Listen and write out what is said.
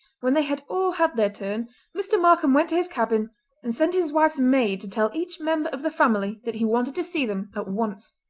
when they had all had their turn mr. markam went to his cabin and sent his wife's maid to tell each member of the family that he wanted to see them at once.